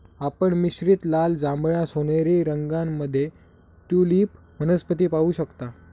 आपण मिश्रित लाल, जांभळा, सोनेरी रंगांमध्ये ट्यूलिप वनस्पती पाहू शकता